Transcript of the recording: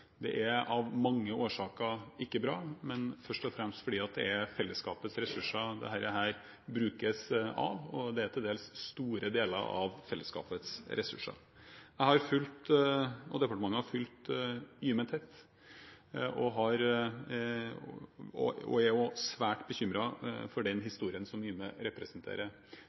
Det er av mange årsaker ikke bra, men først og fremst fordi det brukes av fellesskapets ressurser, og det er til dels store deler av fellesskapets ressurser. Jeg og departementet har fulgt Yme tett og er også svært bekymret for den historien som Yme representerer.